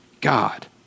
God